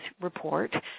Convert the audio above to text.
report